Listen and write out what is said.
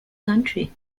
country